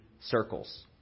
circles